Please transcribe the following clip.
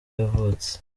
yavutse